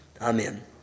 Amen